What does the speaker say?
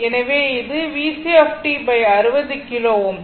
எனவே இது VCt 60 kilo Ω